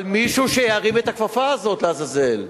אבל מישהו שירים את הכפפה הזאת, לעזאזל.